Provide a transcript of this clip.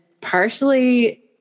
partially